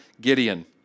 Gideon